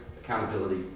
accountability